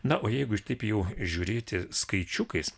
na o jeigu taip jų žiūrėti skaičiukais